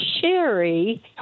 Sherry